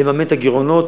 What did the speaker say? לממן את הגירעונות